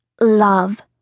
love